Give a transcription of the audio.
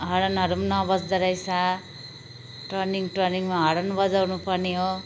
हर्नहरू पनि नबज्दो रहेछ टर्निङ टर्निङमा हर्न बजाउनु पर्ने हो